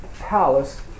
palace